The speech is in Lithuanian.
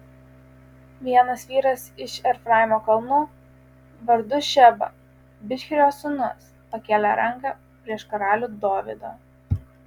vienas vyras iš efraimo kalnų vardu šeba bichrio sūnus pakėlė ranką prieš karalių dovydą